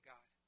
God